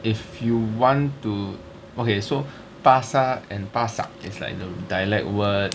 if you want to okay so 巴刹 and pasar is like the dialect word